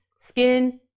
skin